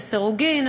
לסירוגין,